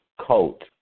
coat